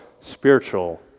spiritual